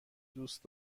دوست